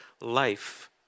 life